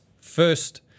first